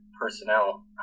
personnel